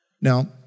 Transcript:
Now